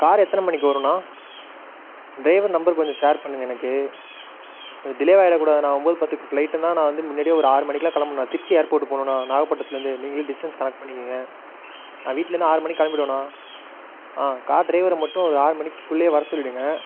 car எத்தனை மணிக்கு வரும்ணா டிரைவர் நம்பர் கொஞ்சம் ஷேர் பண்ணுங்கள் எனக்கு கொஞ்சம் டிலே ஆகிட கூடாதுண்ணா ஒம்போது பத்துக்கு ஃபிளைட்டுண்ணா நான் வந்து முன்னாடியே ஒரு ஆறு மணிக்கெல்லாம் கிளம்பணும் நான் திருச்சி ஏர்ப்போட்டு போகணும்ணா நாகப்பட்டினத்துலந்து நீங்களே டிஸ்டென்ஸ் கணக்கு பண்ணிக்கங்க நான் வீட்லேருந்து ஆறு மணிக்கு கெளம்பிடுவேன்ணா கார் டிரைவரை மட்டும் ஒரு ஆறு மணிக்குள்ளேயே வர சொல்லிவிடுங்க